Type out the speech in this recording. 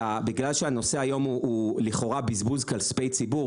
בגלל שהנושא היום הוא לכאורה בזבוז כספי ציבור,